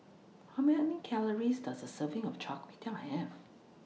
How Many Calories Does A Serving of Char Kway Teow Have